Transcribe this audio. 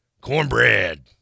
Cornbread